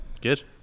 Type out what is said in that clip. Good